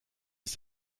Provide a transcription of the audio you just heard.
ist